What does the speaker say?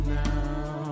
now